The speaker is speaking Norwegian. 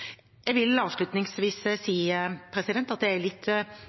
Jeg vil avslutningsvis si at jeg er litt